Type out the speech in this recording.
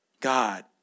God